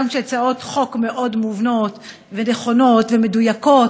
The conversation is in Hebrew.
גם כשהן הצעות החוק מאוד מובנות ונכונות ומדויקות,